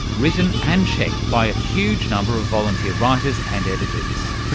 written and checked by a huge number of volunteer writers and editors.